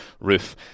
Roof